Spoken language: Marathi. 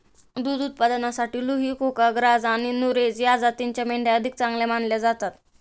दुध उत्पादनासाठी लुही, कुका, ग्राझ आणि नुरेझ या जातींच्या मेंढ्या अधिक चांगल्या मानल्या जातात